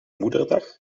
moederdag